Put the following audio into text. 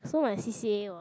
so my c_c_a was